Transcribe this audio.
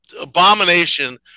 abomination